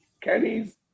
Kenny's